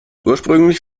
ursprünglich